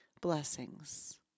Blessings